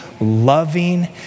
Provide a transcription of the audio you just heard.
loving